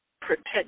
Protect